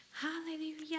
Hallelujah